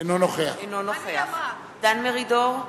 אינו נוכח דן מרידור,